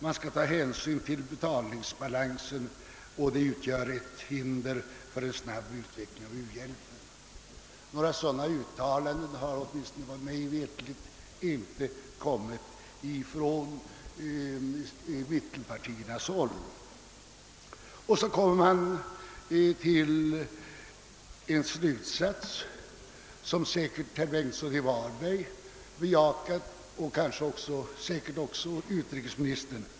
Man skulle ta hänsyn till betalningsbalansen, och detta utgjorde ett hinder för en snabb utveckling av u-hjälpen. Några sådana uttalanden har mig veterligt inte kommit från mittenpartierna. Så kommer man till en slutsats som säkert herr Bengtsson i Varberg bejakar och förmodligen också utrikesministern.